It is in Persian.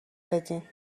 بدین